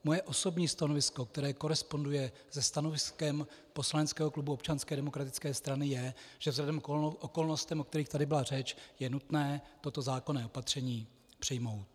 Moje osobní stanovisko, které koresponduje se stanoviskem poslaneckého klubu Občanské demokratické strany, je, že vzhledem k okolnostem, o kterých tady byla řeč, je nutné toto zákonné opatření přijmout.